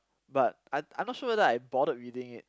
but I I'm not sure whether I bothered reading it